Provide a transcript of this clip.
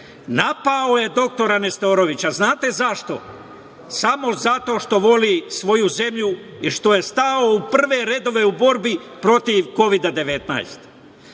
Napao je doktora Nestorovića. Znate zašto? Samo zato što voli svoju zemlju i što je stao u prve redove u borbi protiv Kovida-19.